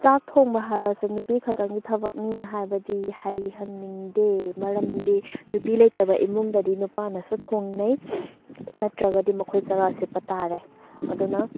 ꯆꯥꯛ ꯊꯣꯡꯕ ꯍꯥꯏꯕꯁꯤ ꯅꯨꯄꯤꯈꯛꯇꯪꯒꯤ ꯊꯕꯛꯅꯤ ꯍꯥꯏꯕꯗꯤ ꯍꯥꯏꯍꯟꯅꯤꯡꯗꯦ ꯃꯔꯝꯗꯤ ꯅꯨꯄꯤ ꯂꯩꯇꯕ ꯏꯃꯨꯡꯗꯗꯤ ꯅꯨꯄꯥꯅꯁꯨ ꯊꯣꯡꯅꯩ ꯅꯠꯇ꯭ꯔꯒꯗꯤ ꯃꯈꯣꯏ ꯆꯔꯥ ꯁꯤꯠꯄ ꯇꯥꯔꯦ ꯑꯗꯨꯅ